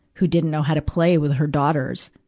who didn't know how to play with her daughters,